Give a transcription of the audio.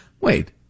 wait